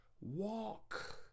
walk